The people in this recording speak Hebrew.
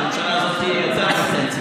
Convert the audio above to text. כי הממשלה הזאת תהיה יותר מחצי.